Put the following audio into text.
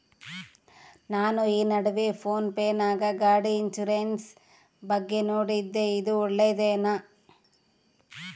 ನಾನು ಈ ನಡುವೆ ಫೋನ್ ಪೇ ನಾಗ ಗಾಡಿ ಇನ್ಸುರೆನ್ಸ್ ಬಗ್ಗೆ ನೋಡಿದ್ದೇ ಇದು ಒಳ್ಳೇದೇನಾ?